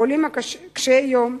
העולים קשי-היום,